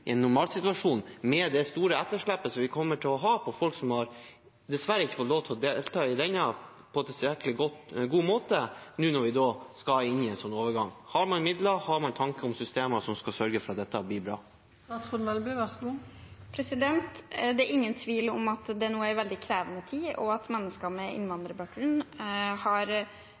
i en normalsituasjon, med det store etterslepet vi kommer til å ha for folk som dessverre ikke har fått lov til å delta på en tilstrekkelig god måte, nå når vi skal inn i en sånn overgang? Har man midler, og har man tanker om systemer som skal sørge for at dette blir bra? Det er ingen tvil om at det nå er en veldig krevende tid, og at mennesker med innvandrerbakgrunn er overrepresentert blant dem med høy arbeidsledighet, som har